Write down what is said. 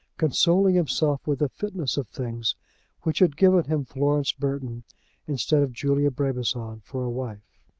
consoling himself with the fitness of things which had given him florence burton instead of julia brabazon for a wife.